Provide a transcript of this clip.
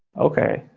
okay,